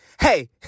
Hey